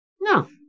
No